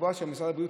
משרד הבריאות,